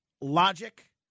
logic